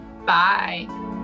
Bye